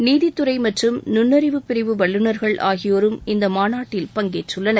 நீதித்துறை மற்றம் நுண்ணறிவுப் பிரிவு வல்லுநர்கள் ஆகியோரும் இந்த மாநாட்டில் பங்கேற்றுள்ளனர்